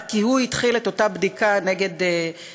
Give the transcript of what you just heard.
רק כי הוא התחיל את אותה בדיקה נגד אולמרט,